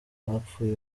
hapfuye